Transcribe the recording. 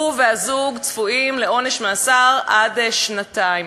הוא והזוג צפויים לעונש מאסר עד שנתיים.